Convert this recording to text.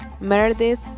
Meredith